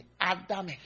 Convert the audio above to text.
Adam